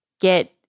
get